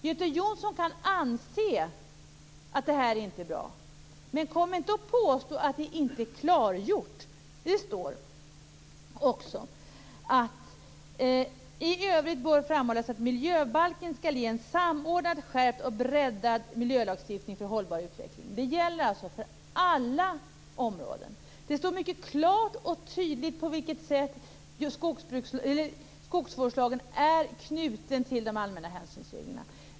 Göte Jonsson kan anse att det här inte är bra, men han skall inte påstå att det inte är klargjort. Det står också i betänkandet: "I övrigt bör framhållas att miljöbalken skall ses som en samordnad, skärpt och breddad miljölagstiftning för en hållbar utveckling." Det gäller alltså alla områden. Det står klart och tydligt på vilket sätt skogsvårdslagen är knuten till de allmänna hänsynsreglerna.